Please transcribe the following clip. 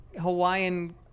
hawaiian